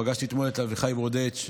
פגשתי אתמול את אביחי ברודץ,